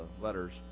letters